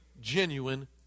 Genuine